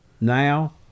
now